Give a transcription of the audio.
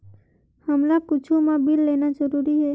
हमला कुछु मा बिल लेना जरूरी हे?